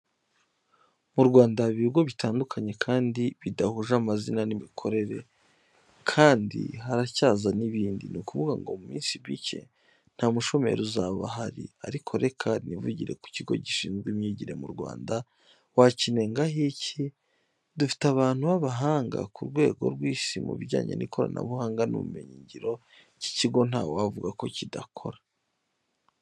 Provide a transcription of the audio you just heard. Mu Rwanda haba ibigo bitandukanye kandi bidahuje amazina n'imikorere kandi haracyaza n'ibindi. Ni kuvuga ngo mu minsi mike nta mushomeri uzaba ahari. Ariko reka nivugire ku kigo gishinzwe imyigire mu Rwanda, wakinengaho iki? Dufite abantu b'abahanga ku rwego rw'isi mu bijyanye n'ikoranabuhanga n'ubumenyi ngiro, iki kigo ntawavuga ko kidakora.